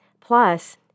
Plus